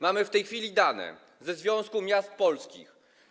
Mamy w tej chwili dane ze Związku Miast Polskich.